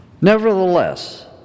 Nevertheless